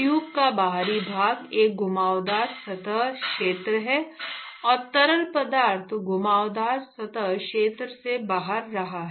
tube का बाहरी भाग एक घुमावदार सतह क्षेत्र है और तरल पदार्थ घुमावदार सतह क्षेत्र से बह रहा है